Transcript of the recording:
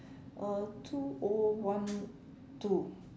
uh two O one two